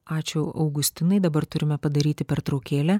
ačiū augustinai dabar turime padaryti pertraukėlę